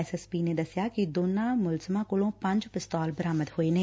S S P ਨੇ ਦੱਸਿਆ ਕਿ ਦੋਨਾਂ ਮੁਜਰਿਮਾਂ ਕੋਲੋਂ ਪੰਜ ਪਿਸਤੌਲ ਬਰਾਮਦ ਹੋਏ ਨੇ